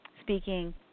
speaking